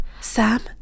Sam